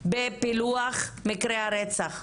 בפילוח מקרי הרצח.